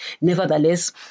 Nevertheless